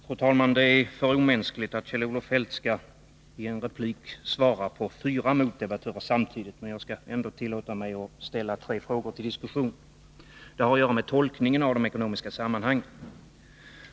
Fru talman! Det är för omänskligt att Kjell-Olof Feldt skalli en replik svara fyra motdebattörer samtidigt, men jag tillåter mig ändå att ställa tre frågor till diskussion. Det har att göra med tolkningen av de ekonomiska sammanhangen.